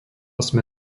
sme